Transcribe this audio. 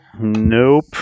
Nope